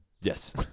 Yes